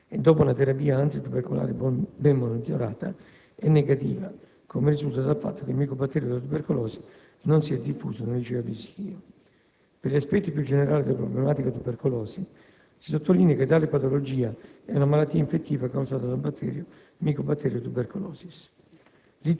e dopo una terapia antitubercolare ben monitorata, è negativa, come risulta dal fatto che il micobatterio della tubercolosi non si è diffuso nel liceo di Schio. Per gli aspetti più generali della problematica "tubercolosi", si sottolinea che tale patologia è una malattia infettiva causata da un batterio denominato